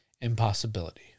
impossibility